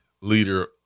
leader